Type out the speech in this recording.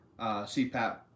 CPAP